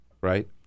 right